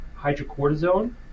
hydrocortisone